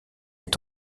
est